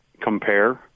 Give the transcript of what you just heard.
compare